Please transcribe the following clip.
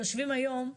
יושבים היום,